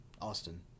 Austin